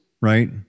Right